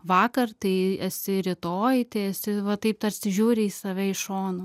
vakar tai esi rytoj tai esi va taip tarsi žiūri į save iš šono